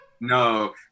No